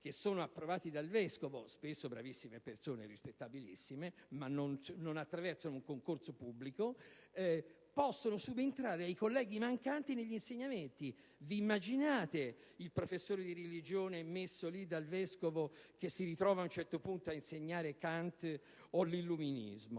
che sono approvati dal vescovo, spesso bravissime e rispettabilissime persone, non attraversano un concorso pubblico e possono subentrare ai colleghi mancanti nei diversi insegnamenti. Immaginate il professore di religione, messo lì dal vescovo, che si ritrova a un certo punto ad insegnare Kant o l'illuminismo?